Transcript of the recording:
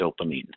dopamine